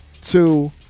two